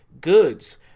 Goods